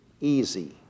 Easy